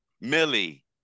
Millie